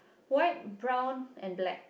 white brown and black